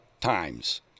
times